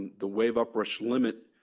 the wave uprush limit